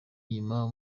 inyuma